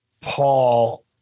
Paul